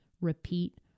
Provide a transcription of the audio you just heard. repeat